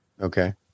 Okay